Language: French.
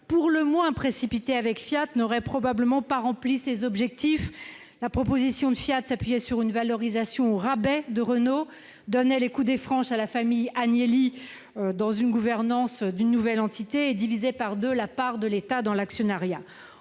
pour le moins précipité avec Fiat n'aurait probablement pas atteint ces objectifs : la proposition de Fiat s'appuyait sur une valorisation au rabais de Renault, donnait les coudées franches à la famille Agnelli dans la gouvernance de la nouvelle entité fusionnée et divisait par deux la part de l'État dans l'actionnariat.